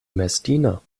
messdiener